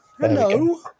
Hello